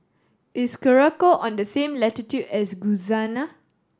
is Curacao on the same latitude as